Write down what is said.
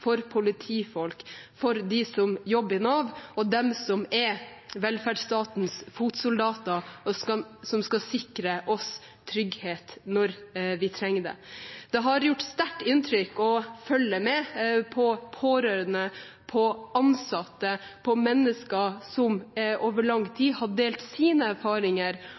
for politifolk, for dem som jobber i Nav, og for dem som er velferdsstatens fotsoldater og skal sikre oss trygghet når vi trenger det. Det har gjort sterkt inntrykk å følge med på pårørende, på ansatte, på mennesker som over lang tid har delt sine erfaringer,